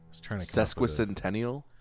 Sesquicentennial